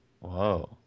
whoa